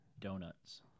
Donuts